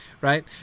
right